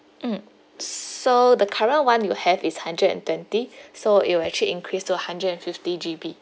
mm so the current one you have is hundred and twenty so it will actually increase to hundred and fifty G_B